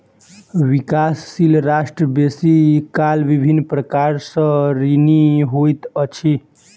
विकासशील राष्ट्र बेसी काल विभिन्न प्रकार सँ ऋणी होइत अछि